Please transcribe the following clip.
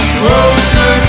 closer